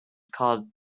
called